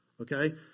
Okay